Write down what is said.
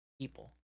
people